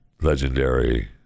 legendary